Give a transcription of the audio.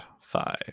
five